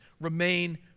remain